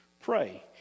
pray